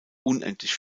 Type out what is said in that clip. unendlich